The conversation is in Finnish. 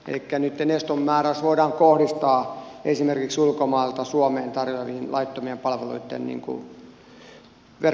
elikkä nyt eston määräys voidaan kohdistaa esimerkiksi ulkomailta suomeen tarjottavien laittomien palveluitten verkkoliikenteeseen